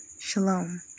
Shalom